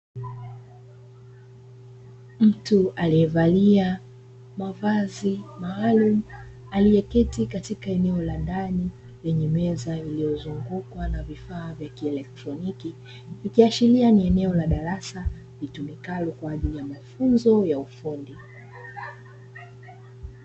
Mtu aliye valia mavazi maalumu aliyeketi katika eneo la ndani lenye meza, iliyo zungukwa na vifaa vya kieletroniki, ikiashiria ni eneo la darasa litumikalo kwa ajili ya mafunzo ya ufundi.